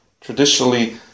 Traditionally